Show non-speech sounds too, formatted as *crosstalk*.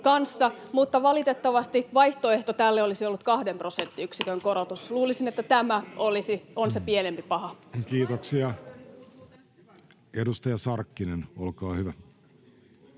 mutta valitettavasti vaihtoehto tälle olisi ollut kahden prosenttiyksikön korotus. *noise* Luulisin, että tämä on se pienempi paha. Kiitoksia. — Edustaja Sarkkinen, olkaa hyvä.